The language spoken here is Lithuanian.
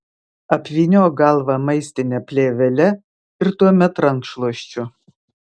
apvyniok galvą maistine plėvele ir tuomet rankšluosčiu